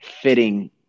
Fitting